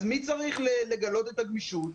אז מי צריך לגלות את הגמישות?